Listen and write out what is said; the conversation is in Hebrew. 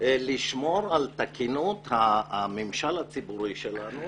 לשמור על תקינות הממשל הציבורי שלנו